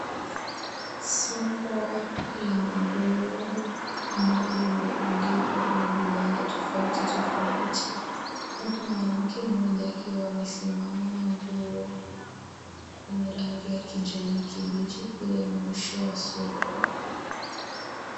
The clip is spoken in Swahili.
Soko la manguo amboyo yamerundikwa kwenye vibanda tofauti tofauti. Huku mwanamke mmoja, akiwa amesimama na nguo yenye rangi ya kijani kibichi kule mwisho wa soko.